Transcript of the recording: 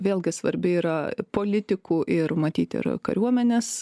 vėlgi svarbi yra politikų ir matyt ir kariuomenės